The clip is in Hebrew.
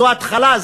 זו התחלה.